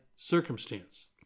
Circumstance